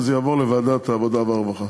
וזה יעבור לוועדת העבודה והרווחה.